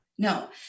No